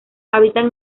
hábitat